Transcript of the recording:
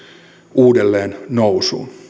uudelleen nousuun